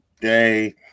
Today